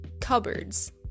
cupboards